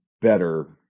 better